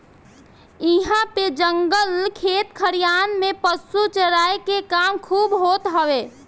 इहां पे जंगल खेत खलिहान में पशु चराई के काम खूब होत हवे